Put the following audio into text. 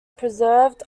preserved